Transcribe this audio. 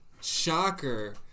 Shocker